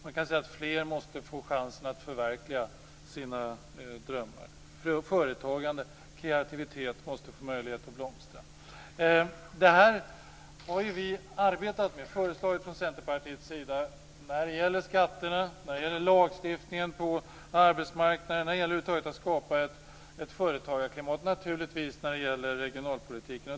Man kan säga att fler måste få chansen att förverkliga sina drömmar. Företagande och kreativitet måste få möjlighet att blomstra. Detta har vi arbetat med. Vi har från Centerpartiets sida kommit med förslag när det gäller skatterna, när det gäller lagstiftningen på arbetsmarknaden och över huvud taget när det gäller att skapa ett bra företagarklimat. Det gäller naturligtvis också regionalpolitiken.